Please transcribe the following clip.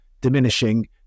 diminishing